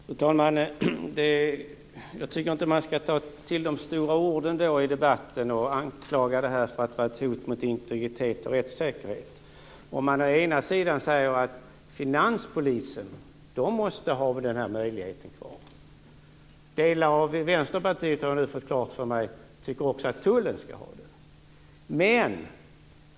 Fru talman! Jag tycker inte att man skall ta till så stora ord i debatten att man anklagar detta för att vara ett hot mot integritet och rättssäkerhet. Å ena sidan säger man att finanspolisen måste ha den här möjligheten kvar. Delar av Vänsterpartiet, har jag nu fått klart för mig, tycker också att tullen skall ha det.